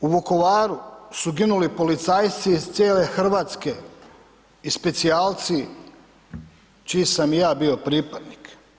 U Vukovaru su ginuli policajci iz cijele Hrvatske i specijalci čiji sam i ja bio pripadnik.